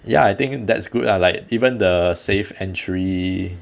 ya I think that's good lah like even the safe entry